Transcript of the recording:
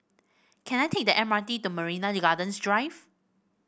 can I take the M R T to Marina Gardens Drive